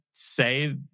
say